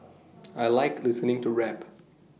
I Like listening to rap